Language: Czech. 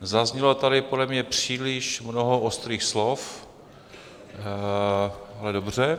Zaznělo tady podle mě příliš mnoho ostrých slov, ale dobře.